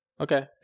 Okay